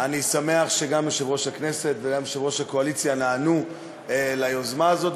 אני שמח שגם יושב-ראש הכנסת וגם יושב-ראש הקואליציה נענו ליוזמה הזאת,